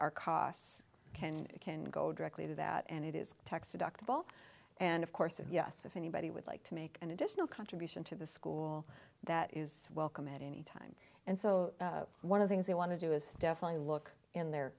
our costs can and can go directly to that and it is tax deductible and of course yes if anybody would like to make an additional contribution to the school that is welcome at any time and so one of things they want to do is definitely look in the